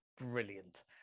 brilliant